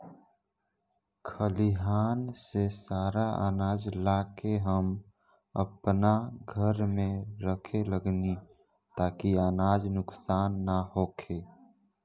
खलिहान से सारा आनाज ला के हम आपना घर में रखे लगनी ताकि अनाज नुक्सान ना होखे